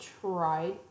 tried